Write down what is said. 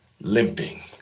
limping